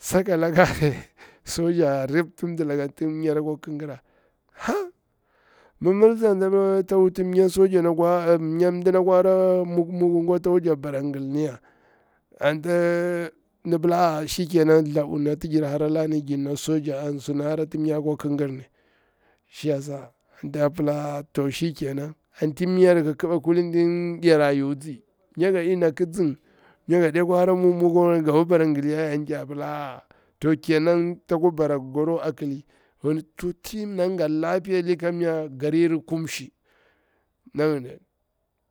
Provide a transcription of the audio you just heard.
Sakalakale soja a ripti mɗilaka tiri mnyar akwa ƙigira mimmiri pza'a, an tsa pila ta wuti mnya ɗim akwa hara mɗik mɗik gwa, tsawa bara jakti ngilni ya a, ati nɗi pila a a shikenan nɗi pila thlaɓwa nati jir haralani njir na soja an suna hara ti mnya a kwa hara panni, an tsa pila to shikenan, mi yar ƙiɓa kulini tin yara yutsi, mmya nga adina ƙinzing, mmnya nga awe kwa hara muk muk wain ga kwa bara ngil yarya anti yar pila aa, to kenan ta kwa bara goro a ƙili, to tsu yana nga lapiya ƙam nyar garir kumshi na ngini.